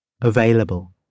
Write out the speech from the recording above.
available